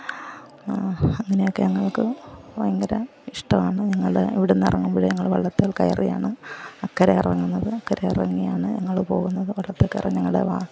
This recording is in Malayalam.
അങ്ങനെയൊക്കെ ഞങ്ങൾക്ക് ഭയങ്കര ഇഷ്ടമാണ് ഞങ്ങൾ ഇവിടുന്ന് ഇറങ്ങുമ്പഴേ ഞങ്ങൾ വള്ളത്തിൽക്കയറിയാണ് അക്കരെ ഇറങ്ങുന്നത് അക്കരെ ഇറങ്ങിയാണ് ഞങ്ങൾ പോകുന്നത് വള്ളത്തിലേക്ക് ഇറങ്ങി ഞങ്ങൾ